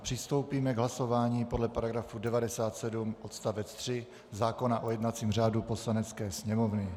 Přistoupíme k hlasování podle § 97 odst. 3 zákona o jednacím řádu Poslanecké sněmovny.